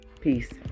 peace